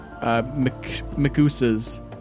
Macusa's